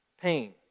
pain